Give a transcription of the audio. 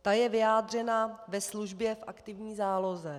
Ta je vyjádřena ve službě v aktivní záloze.